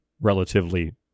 relatively